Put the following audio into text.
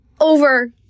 over